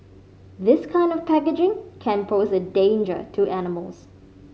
this kind of packaging can pose a danger to animals